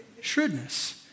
shrewdness